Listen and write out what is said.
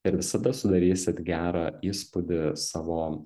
ir visada sudarysit gerą įspūdį savo